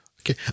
okay